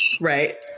right